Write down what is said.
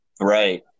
Right